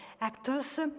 actors